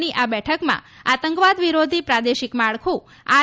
ની આ બેઠકમાં આતંકવાદ વિરોધી પ્રાદેશિક માળખુ આર